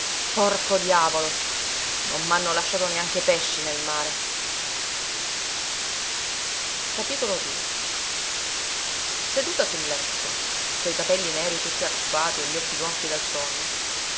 porco diavolo non m'hanno lasciato neanche pesci nel mare seduta sul letto coi capelli neri tutti arruffati e gli occhi gonfi dal sonno